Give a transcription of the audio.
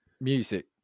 music